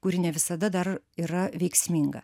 kuri ne visada dar yra veiksminga